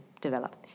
develop